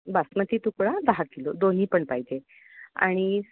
बासमती तुकडा दहा किलो दोन्ही पण पाहिजे आणि